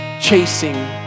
chasing